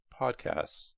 podcasts